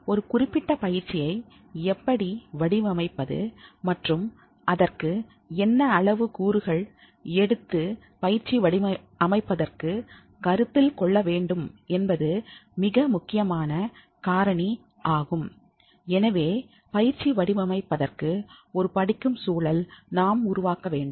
ஒரு குறிப்பிட்ட பயிற்சியை எப்படி வடிவமைப்பது மற்றும் அதற்கு என்ன அளவு கூறுகள் எடுத்து பயிற்சி வடிவமைப்பதற்கு கருத்தில் கொள்ள வேண்டும் என்பது மிக முக்கியமான காரணி ஆகும் எனவே பயிற்சி வடிவமைப்பதற்கு ஒரு படிக்கும் சூழல் நாம் உருவாக்க வேண்டும்